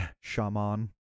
Shaman